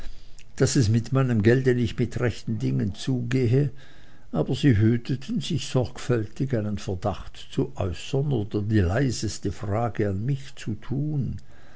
daß es mit meinem gelde nicht mit rechten dingen zugehe aber sie hüteten sich sorgfältig einen verdacht zu äußern oder die leiseste frage an mich zu tun